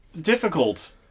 difficult